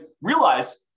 realize